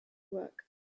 work